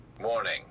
morning